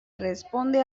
responde